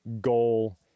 goal